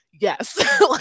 yes